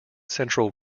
central